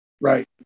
Right